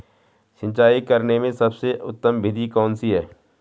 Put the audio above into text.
सिंचाई करने में सबसे उत्तम विधि कौन सी है?